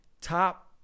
top